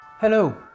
Hello